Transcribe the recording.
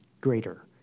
greater